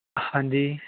ਹਾਂਜੀ